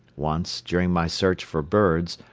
once, during my search for birds,